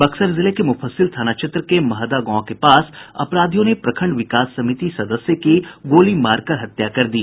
बक्सर जिले के मुफस्सिल थाना क्षेत्र के महदह गांव के पास अपराधियों ने प्रखंड विकास समिति सदस्य की गोली मारकर हत्या कर दी